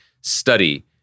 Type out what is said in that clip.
study